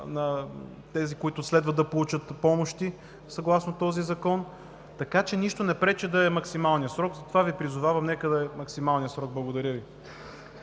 на тези, които следва да получат помощи съгласно този закон. Така че нищо не пречи да е максималният срок. Затова Ви призовавам: нека да е максималният срок. Благодаря Ви.